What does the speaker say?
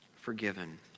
forgiven